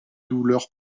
douleur